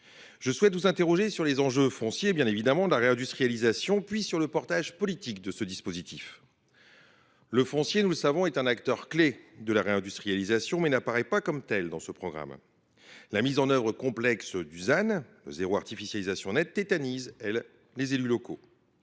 Je souhaite vous interroger sur les enjeux fonciers de la réindustrialisation et sur le portage politique du dispositif. Le foncier, nous le savons, est un acteur clé de la réindustrialisation, mais il n’apparaît pas comme tel dans le programme. La mise en œuvre complexe du ZAN, le zéro artificialisation nette, tétanise les élus locaux.